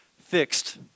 fixed